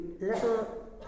little